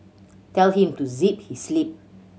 tell him to zip his lip